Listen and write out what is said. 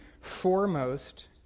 foremost